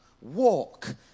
walk